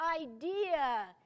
idea